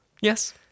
Yes